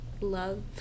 love